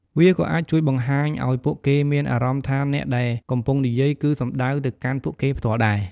វាក៏អាចជួយបង្ហាញឱ្យពួកគេមានអារម្មណ៍ថាអ្នកដែលកំពុងនិយាយគឺសំដៅទៅកាន់ពួកគេផ្ទាល់ដែរ។